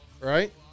right